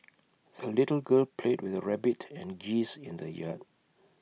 the little girl played with her rabbit and geese in the yard